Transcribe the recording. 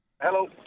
Hello